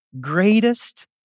greatest